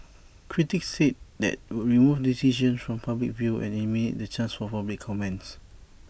critics said that would remove decisions from public view and eliminate the chance for public comments